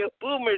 Boomer's